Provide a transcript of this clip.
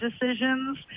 decisions